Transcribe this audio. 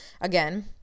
again